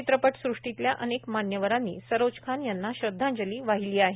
चित्रपट सृष्टीतल्या अनेक मान्यवरांनी सरोज खान यांना श्रद्धांजली वाहिली आहे